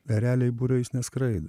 ereliai būriais neskraido